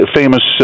famous